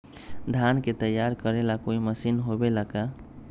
धान के तैयार करेला कोई मशीन होबेला का?